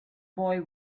boy